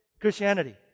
Christianity